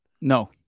no